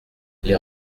les